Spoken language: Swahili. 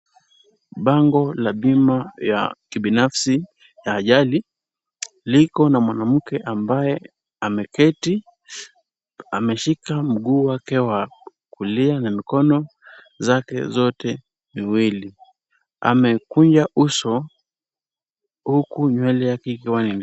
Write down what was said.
Bango la bima ya kibinafsi ya ajali liko na mwanamke ambaye ameketi, ameshika mguu wake wa kulia na mikono zake zote miwili. Amekunja uso huku nywele yake ikiwa ni.